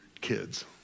kids